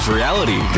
reality